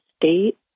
state